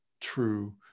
true